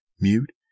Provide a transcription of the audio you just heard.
mute